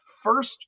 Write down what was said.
first